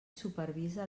supervisa